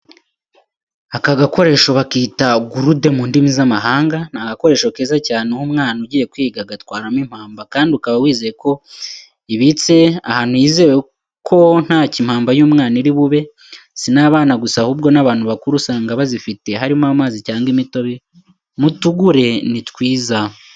Aka gakoresho bakita gurude mu ndimi z'amahanga. Ni agakoresho keza cyane uha umwana ugiye kwiga agatwaramo impamba kandi ukaba wizeye ko ibitse ahantu hizewe ko ntacyo impamba y'umwana iri bube, si n'abana gusa ahubwo n'abantu bakuru, usanga bazifite harimo amazi cyangwa imitobe mutugure ni twiza.